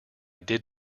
did